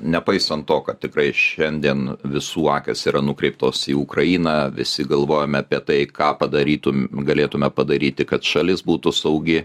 nepaisant to kad tikrai šiandien visų akys yra nukreiptos į ukrainą visi galvojame apie tai ką padarytum galėtume padaryti kad šalis būtų saugi